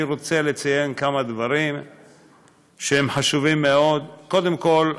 אני רוצה לציין כמה דברים שהם חשובים מאוד: קודם כול,